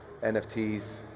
NFTs